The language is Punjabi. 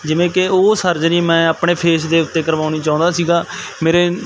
ਜਿਵੇਂ ਕਿ ਉਹ ਸਰਜਰੀ ਮੈਂ ਆਪਣੇ ਫੇਸ ਦੇ ਉੱਤੇ ਕਰਵਾਉਣੀ ਚਾਹੁੰਦਾ ਸੀਗਾ ਮੇਰੇ